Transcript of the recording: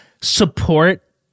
support